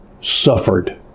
suffered